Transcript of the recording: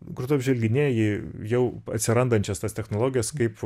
kur tu apžvalginėji jau atsirandančias tas technologijas kaip